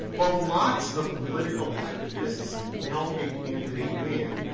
well, lots of political activists help a candidate win.